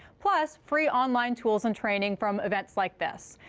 plus free online tools and training from events like this.